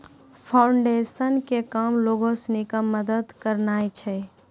foundation के काम लोगो सिनी के मदत करनाय छै